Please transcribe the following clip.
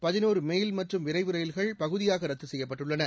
பதினோரு ெயில் மற்றும் விரைவு ரயில்கள் பகுதியாக ரத்து செய்யப்பட்டுள்ளன